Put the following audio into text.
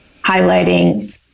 highlighting